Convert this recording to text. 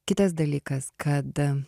kitas dalykas kad